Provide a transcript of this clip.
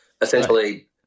essentially